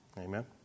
Amen